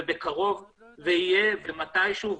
ו"בקרוב" ו"יהיה" ו"מתי שהוא".